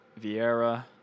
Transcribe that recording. Vieira